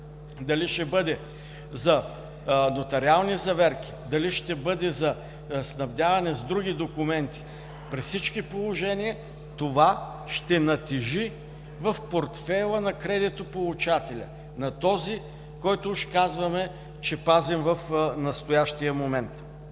Дали ще бъде за нотариални заверки, дали ще бъде за снабдяване с други документи, при всички положения това ще натежи в портфейла на кредитополучателя, на този, който уж казваме, че пазим в настоящия момент.